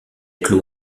clôt